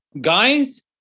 guys